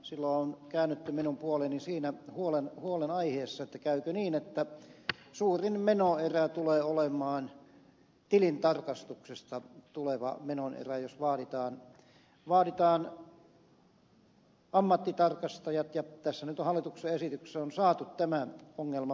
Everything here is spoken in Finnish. silloin on käännytty minun puoleeni siinä huolenaiheessa käykö niin että suurin menoerä tulee olemaan tilintarkastuksesta tuleva menoerä jos vaaditaan ammattitarkastajat ja tässä hallituksen esityksessä on nyt saatu tämä ongelma poistettua